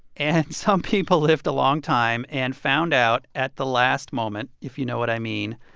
and some people lived a long time and found out at the last moment, if you know what i mean,